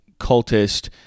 cultist